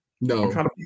No